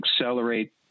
accelerate